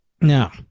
Now